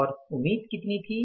और उम्मीद कितनी थी